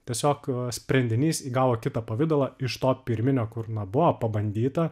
tiesiog sprendinys įgavo kitą pavidalą iš to pirminio kur na buvo pabandyta